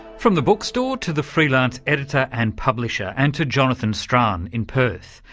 from the bookstore to the freelance editor and publisher, and to jonathan strahan in perth.